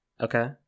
Okay